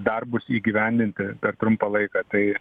darbus įgyvendinti per trumpą laiką tai